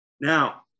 Now